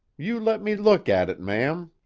you let me look at it, ma'am.